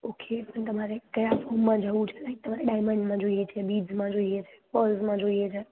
okay અને તમારે કયા ફોમમાં જવું છે ને તમારે ડાયમંડમાં જોઈએ છે બીજમાં જોઈએ છે પ્લસમાં જોઈએ છે